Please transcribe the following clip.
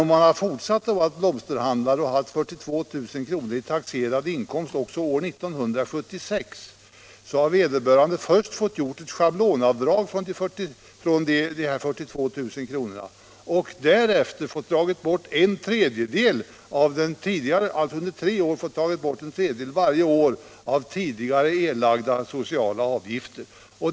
Om han fortsatt att vara blomsterhandlare och haft 42 000 kronors inkomst också år 1976, hade han först fått göra ett schablonavdrag och därefter under tre år fått dra bort en tredjedel av tidigare erlagda socialförsäkringsavgifter.